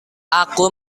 aku